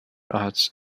arts